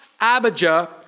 Abijah